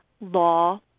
law